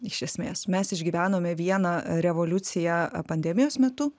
iš esmės mes išgyvenome vieną revoliuciją a pandemijos metu